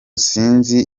sinzi